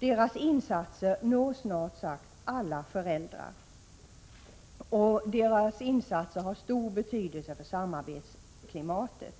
Dess insatser når snart sagt alla föräldrar och har stor betydelse för samarbetsklimatet.